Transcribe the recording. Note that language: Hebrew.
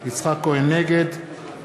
נגד ישראל כץ, נגד